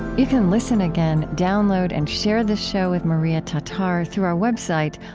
you can listen again, download and share this show with maria tatar through our website,